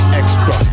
extra